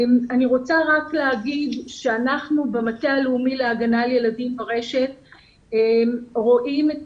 אני רוצה לומר שאנחנו במטה הלאומי להגנה על ילדים ברשת רואים את